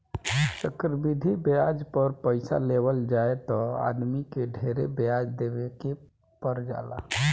चक्रवृद्धि ब्याज पर पइसा लेवल जाए त आदमी के ढेरे ब्याज देवे के पर जाला